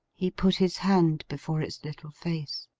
he put his hand before its little face.